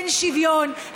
אין שוויון,